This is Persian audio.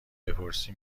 بپرسی